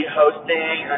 hosting